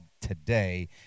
today